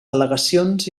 al·legacions